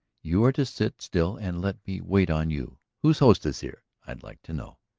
you are to sit still and let me wait on you who's hostess here, i'd like to know?